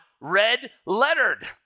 red-lettered